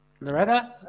Loretta